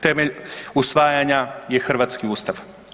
Temelj usvajanja je hrvatski Ustav.